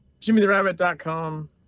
jimmytherabbit.com